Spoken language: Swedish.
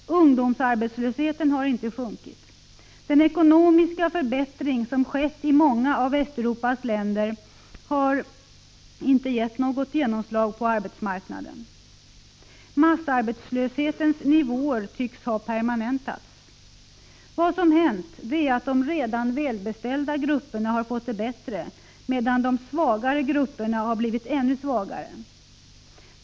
Ungdomsarbetslösheten har inte sjunkit. Den ekonomiska förbättring som skett i många av Västeuropas länder har inte gett något genomslag på arbetsmarknaden. Massarbetslöshetens nivåer tycks ha permanentats. Vad som hänt är att de redan välbeställda grupperna har fått det bättre, medan de svagare grupperna har blivit ännu svagare.